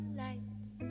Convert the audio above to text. lights